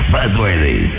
Buzzworthy